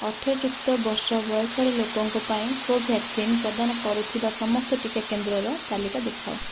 ଅଠର ଯୁକ୍ତ ବର୍ଷ ବୟସର ଲୋକଙ୍କ ପାଇଁ କୋଭ୍ୟାକ୍ସିନ୍ ପ୍ରଦାନ କରୁଥିବା ସମସ୍ତ ଟିକା କେନ୍ଦ୍ରର ତାଲିକା ଦେଖାଅ